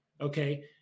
okay